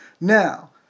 Now